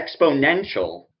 exponential